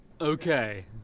Okay